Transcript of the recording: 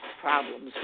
problems